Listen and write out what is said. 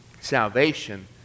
salvation